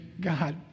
God